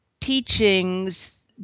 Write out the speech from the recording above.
teachings